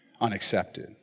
unaccepted